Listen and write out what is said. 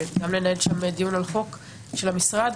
לנהל שם דיון על חוק של המשרד.